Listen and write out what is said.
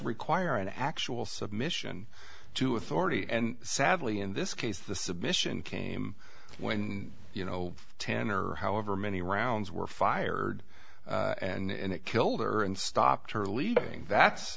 require an actual submission to authority and sadly in this case the submission came when you know ten or however many rounds were fired and it killed or and stopped her leaving that's